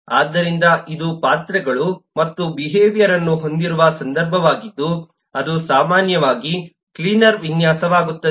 ಆದ್ದರಿಂದ ಇದು ಪಾತ್ರಗಳು ಮತ್ತು ಬಿಹೇವಿಯರ್ಯನ್ನು ಹೊಂದಿರುವ ಸಂದರ್ಭವಾಗಿದ್ದು ಅದು ಸಾಮಾನ್ಯವಾಗಿ ಕ್ಲೀನರ್ ವಿನ್ಯಾಸವಾಗುತ್ತದೆ